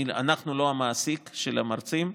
אנחנו לא המעסיק של המרצים,